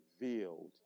revealed